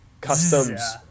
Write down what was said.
customs